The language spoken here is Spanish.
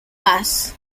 paz